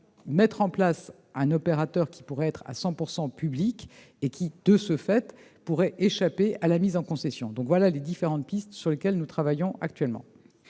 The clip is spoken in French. mettre en place un opérateur qui pourrait être public à 100 % et qui, de ce fait, pourrait échapper à la mise en concession. Voilà les différentes pistes sur lesquelles nous travaillons actuellement.